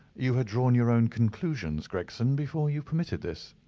you had drawn your own conclusions, gregson, before you permitted this.